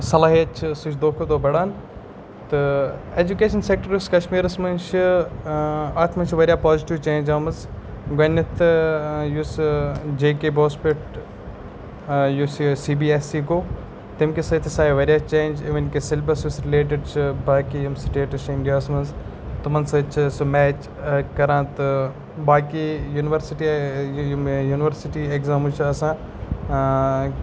صلٲحیت چھِ سُہ چھِ دۄہ کھۄ دۄہ بَڑان تہٕ اٮ۪جوکیشَن سٮ۪کٹَرس یُس کَشمیٖرَس منٛز چھِ اَتھ منٛز چھِ واریاہ پازٹِو چینٛج آمٕژ گۄڈنٮ۪تھ یُس جے کے بوس پٮ۪ٹھ یُس یہِ سی بی اٮ۪س ای گوٚو تیٚمکہِ سۭتۍ ہَسا آے واریاہ چینٛج اِوٕن کہ سٮ۪لبَس یُس رِلیٹٕڑ چھِ باقٕے یِم سٹیٹٕس چھِ اِنڈیاہس منٛز تِمَن سۭتۍ چھِ سُہ میچ کَران تہٕ باقٕے یوٗنیورسٹی یِم یوٗنیورسٹی اٮ۪کزامٕز چھِ آسان